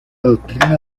doctrina